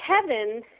Kevin